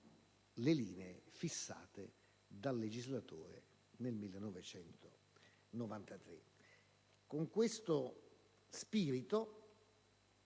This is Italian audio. le linee fissate dal legislatore nel 1992. Con questo spirito,